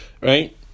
right